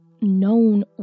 known